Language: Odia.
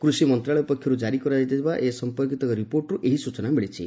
କୃଷି ମନ୍ତ୍ରଣାଳୟ ପକ୍ଷରୁ ଜାରି କରାଯାଇଥିବା ଏ ସମ୍ପର୍କୀତ ଏକ ରିପୋର୍ଟରୁ ଏହି ସୂଚନା ମିଳିଛି